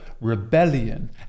rebellion